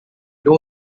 know